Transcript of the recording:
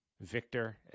Victor